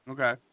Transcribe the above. Okay